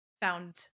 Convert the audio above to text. found